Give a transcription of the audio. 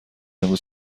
امروز